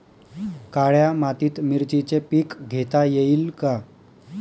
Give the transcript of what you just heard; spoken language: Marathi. काळ्या मातीत मिरचीचे पीक घेता येईल का?